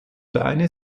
beine